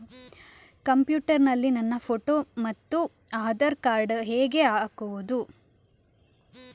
Computer ನಲ್ಲಿ ನನ್ನ photo ಮತ್ತು ಆಧಾರ್ ಕಾರ್ಡ್ ಹೇಗೆ ಹಾಕುವುದು?